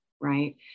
right